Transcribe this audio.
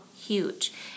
Huge